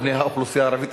בני האוכלוסייה הערבית,